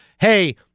hey